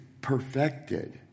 perfected